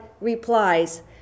replies